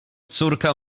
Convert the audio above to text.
córka